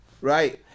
Right